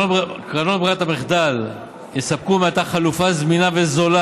קרנות ברירת המחדל יספקו מעתה חלופה זמינה וזולה